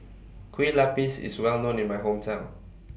Kue Lupis IS Well known in My Hometown